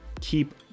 keep